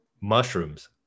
mushrooms